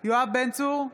יואב בן צור,